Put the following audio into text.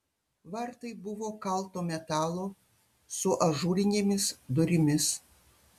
vartai buvo kalto metalo su ažūrinėmis durimis